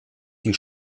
die